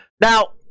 Now